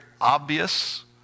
obvious